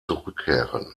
zurückkehren